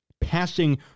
passing